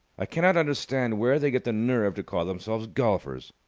i cannot understand where they get the nerve to call themselves golfers.